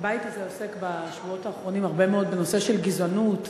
הבית הזה עוסק בשבועות האחרונים הרבה מאוד בנושא של גזענות והדרה,